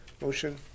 motion